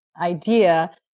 idea